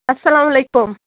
اَسلام علیکُم